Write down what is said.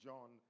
John